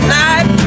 night